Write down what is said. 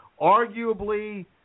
Arguably